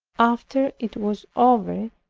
after it was over,